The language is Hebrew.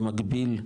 במקביל,